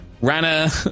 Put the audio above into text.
Rana